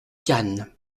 cannes